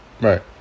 Right